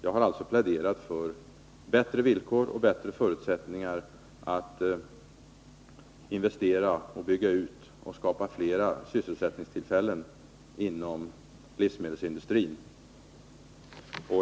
Jag har alltså pläderat för bättre villkor och bättre förutsättningar för att investera, bygga ut och skapa flera sysselsättningstillfällen inom livsmedelsindustrin.